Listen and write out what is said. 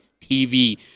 TV